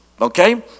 okay